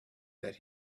that